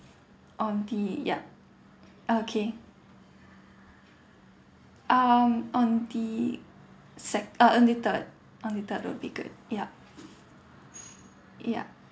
on the yup okay um on the sec~ uh on the third on the third will be good yup ya